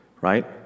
right